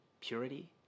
purity